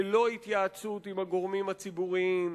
ללא התייעצות עם הגורמים הציבוריים,